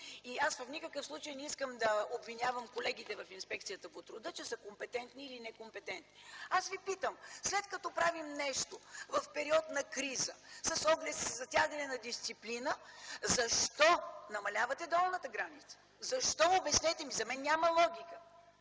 Аз в никакъв случай не искам да обвинявам колегите в Инспекцията по труда, че са компетентни или некомпетентни. Питам ви: след като правим нещо в период на криза, с оглед затягане на дисциплина, защо намалявате долната граница? Защо, обяснете ми, за мен няма логика?